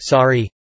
Sorry